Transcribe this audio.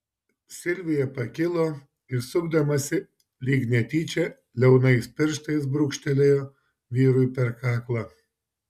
silvija pakilo ir sukdamasi lyg netyčia liaunais pirštais brūkštelėjo vyrui per kaklą